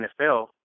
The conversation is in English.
NFL